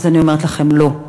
אז אני אומרת לכם: לא.